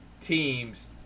teams